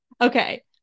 Okay